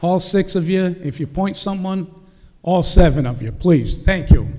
all six of you if you point someone all seven of you please thank you